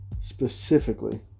specifically